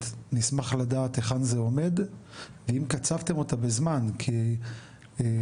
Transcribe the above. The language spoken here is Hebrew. נשמח לדעת היכן זה עומד והאם קצבתם אותה בזמן כי הסכמים